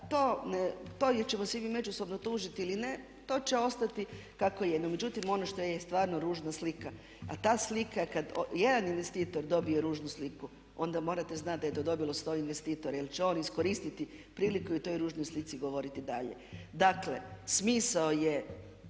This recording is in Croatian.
ili ćemo se mi međusobno tužiti ili ne, to će ostati kako je. No međutim, ono što je stvarno ružna slika a ta slika je kada jedan investitor dobije ružnu sliku onda morate znati da je to dobilo 100 investitora jer će on iskoristiti priliku i o toj ružnoj slici govoriti i dalje. Dakle smisao je